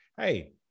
hey